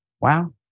Wow